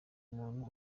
umuntu